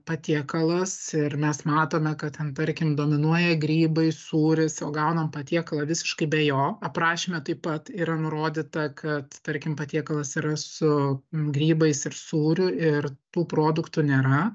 patiekalas ir mes matome kad ten tarkim dominuoja grybai sūris o gaunam patiekalą visiškai be jo aprašyme taip pat yra nurodyta kad tarkim patiekalas yra su grybais ir sūriu ir tų produktų nėra